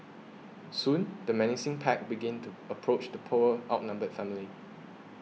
soon the menacing pack begin to approach the poor outnumbered family